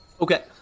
Okay